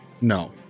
No